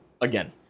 again